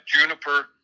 Juniper